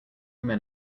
men